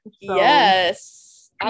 Yes